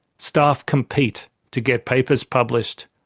staff compete to get papers published,